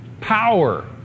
Power